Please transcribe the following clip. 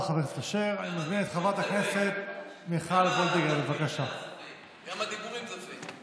גם הדיבורים זה פייק.